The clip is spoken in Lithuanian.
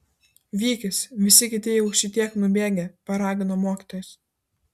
vykis visi kiti jau šitiek nubėgę paragino mokytojas